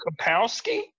Kapowski